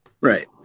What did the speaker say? Right